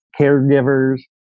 caregivers